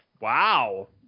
Wow